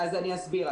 אני אסביר.